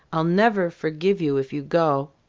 i'll never forgive you if you go.